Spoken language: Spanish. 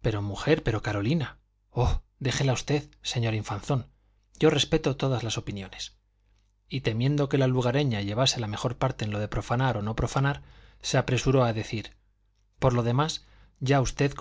pero mujer pero carolina oh déjela usted señor infanzón yo respeto todas las opiniones y temiendo que la lugareña llevase la mejor parte en lo de profanar o no profanar se apresuró a añadir por lo demás ya usted